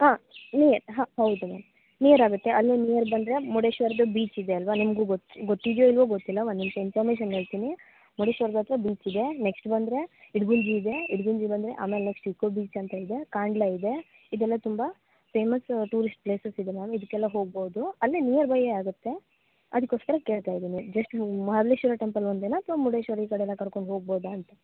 ಹಾಂ ನಿಯರ್ ಹಾಂ ಹೌದು ಮ್ಯಾಮ್ ನಿಯರಾಗತ್ತೆ ಅಲ್ಲೇ ನಿಯರ್ ಬಂದರೆ ಮುರುಡೇಶ್ವರದ್ದು ಬೀಚ್ ಇದೆ ಅಲ್ವ ನಿಮಗು ಗೊತ್ತಿದ್ಯೋ ಇಲ್ವೋ ಗೊತ್ತಿಲ್ಲ ಒನ್ ನಿಮಿಷ ಇನ್ಫಾರ್ಮೇಶನ್ ಹೇಳ್ತೀನಿ ಮುರ್ಡೇಶ್ವರದ್ದು ಹತ್ತಿರ ಬೀಚ್ ಇದೆ ನೆಕ್ಸ್ಟ್ ಬಂದರೆ ಇಡಗುಂಜಿ ಇದೆ ಇಡಗುಂಜಿ ಬಂದರೆ ಆಮೇಲೆ ನೆಕ್ಸ್ಟ್ ಇಕೋ ಬೀಚ್ ಅಂತ ಇದೆ ಕಾಂಡ್ಲಾ ಇದೆ ಇದೆಲ್ಲಾ ತುಂಬ ಫೇಮಸ್ ಟೂರಿಸ್ಟ್ ಪ್ಲೇಸಸ್ ಇದೆ ಮ್ಯಾಮ್ ಇದ್ಕೆಲ್ಲ ಹೋಗ್ಬೋದು ಅಲ್ಲೇ ನಿಯರ್ ಬೈಯೆ ಆಗುತ್ತೆ ಅದಕೋಸ್ಕರ ಕೇಳ್ತಾ ಇದೀನಿ ಜಸ್ಟ್ ಮಹಾಬಲೇಶ್ವರ ಟೆಂಪಲ್ ಒಂದೇನಾ ಅಥ್ವ ಮುರುಡೇಶ್ವರ ಈ ಕಡೆ ಎಲ್ಲ ಕರ್ಕೊಂಡು ಹೋಗ್ಬೋದ ಅಂತ